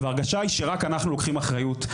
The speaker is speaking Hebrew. וההרגשה היא שרק אנחנו לוקחים אחריות,